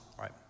right